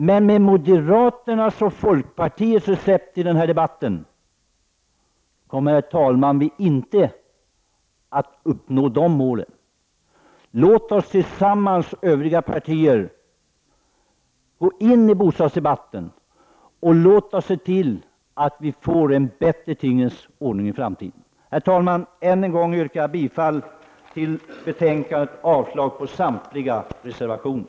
Med det recept som moderaterna och folkpartiet presenterat i den här debatten kommer vi inte, herr talman, att uppnå de målen. Vi övriga partier måste gå in i bostadsdebatten. Låt oss se till att vi får en bättre tingens ordning i framtiden! Herr talman! Jag vill än en gång yrka bifall till utskottets hemställan och avslag på samtliga reservationer.